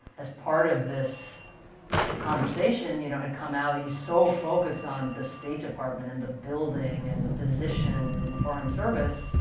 as part of this conversation, you know had come out he's so focused on the state department and the building and the positions and the foreign service,